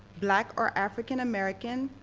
black or african american,